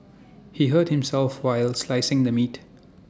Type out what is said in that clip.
he hurt himself while slicing the meat